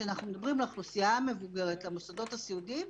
כשאנחנו מדברים על האוכלוסייה המבוגרת במוסדות הסיעודיים,